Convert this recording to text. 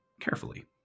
carefully